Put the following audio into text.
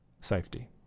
safety